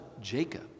Jacob